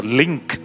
link